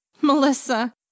Melissa